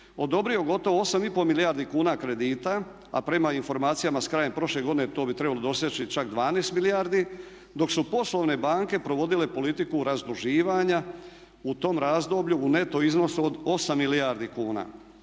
odobrio gotovo 8 i pol milijardi kuna kredita, a prema informacijama s krajem prošle godine to bi trebalo doseći čak 12 milijardi, dok su poslovne banke provodile politiku razduživanja u tom razdoblju u neto iznosu od 8 milijardi kuna.